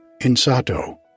Insato